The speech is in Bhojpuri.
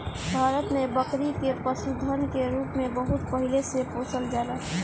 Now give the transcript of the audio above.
भारत में बकरी के पशुधन के रूप में बहुत पहिले से पोसल जाला